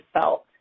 felt